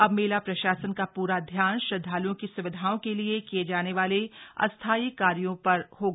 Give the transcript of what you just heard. अब मेला प्रशासन का पूरा ध्यान श्रद्वालूओं की सुविधाओं के लिए किए जाने वाले अस्थाई कार्यों पर होगा